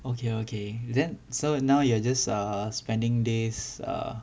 okay okay then so now you are just err spending days err